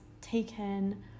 taken